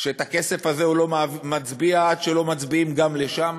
שעל הכסף הזה הוא לא מצביע עד שלא מצביעים גם לשם,